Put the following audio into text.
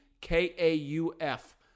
K-A-U-F